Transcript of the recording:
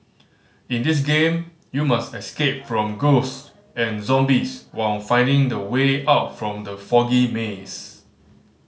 in this game you must escape from ghost and zombies while finding the way out from the foggy maze